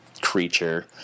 creature